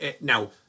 Now